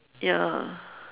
ya